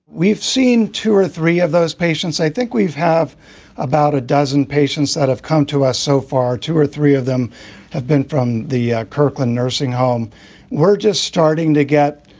we've seen two or three of those patients. i think we've have about a dozen patients that have come to us so far. two or three of them have been from the kirkland nursing. we're just starting to get,